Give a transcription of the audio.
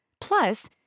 Plus